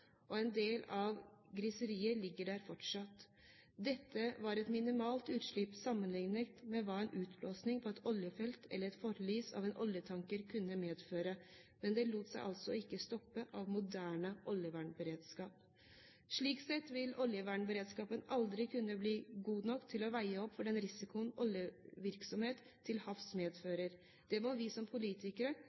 og en del av griseriet ligger der fortsatt. Dette var et minimalt utslipp sammenliknet med hva en utblåsing på et oljefelt eller et forlis av en oljetanker kunne medføre, men det lot seg altså ikke stoppe av moderne oljevernberedskap. Slik sett vil oljevernberedskapen aldri kunne bli god nok til å veie opp for den risikoen oljevirksomhet til havs medfører. Det må vi som politikere